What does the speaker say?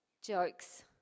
jokes